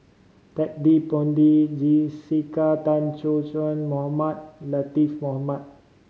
Ted De Ponti Jessica Tan Soon Mohamed Latiff Mohamed